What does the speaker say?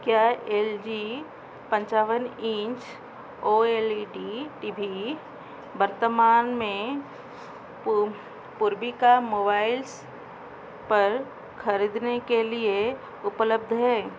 क्या L G पंचावन inch O L E D T V वर्तमान में पूर पूर्विका मोबाइल्स पर ख़रीदने के लिए उपलब्ध है